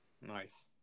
Nice